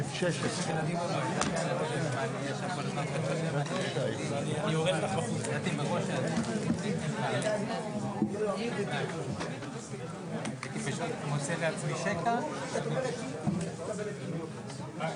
הישיבה ננעלה בשעה 15:56.